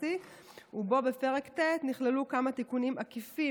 ובו בפרק ט' נכללו כמה תיקונים עקיפים